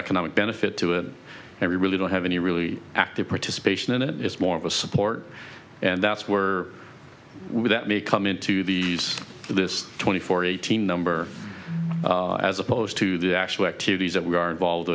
economic benefit to it every really don't have any really active participation in it it's more of a support and that's where we that may come into the this twenty four eighteen number as opposed to the actual activities that we are involved